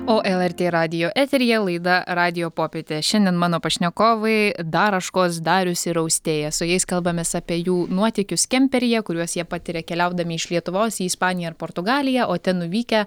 o lrt radijo eteryje laida radijo popietė šiandien mano pašnekovai daraškos darius ir austėja su jais kalbamės apie jų nuotykius kemperyje kuriuos jie patiria keliaudami iš lietuvos į ispaniją ar portugaliją o ten nuvykę